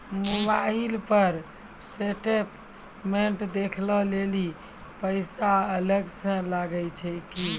Mobile पर statement देखे लेली पैसा अलग से कतो छै की?